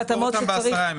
תדעו לסגור אותם בעשרה ימים?